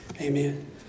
Amen